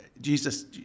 Jesus